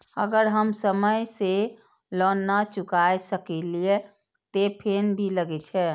अगर हम समय से लोन ना चुकाए सकलिए ते फैन भी लगे छै?